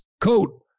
coat